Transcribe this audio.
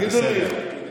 זה בסדר.